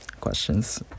questions